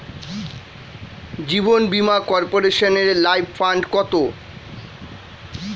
জীবন বীমা কর্পোরেশনের life fund কত?